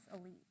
elite